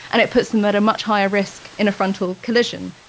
and it puts them at a much higher risk in a frontal collision.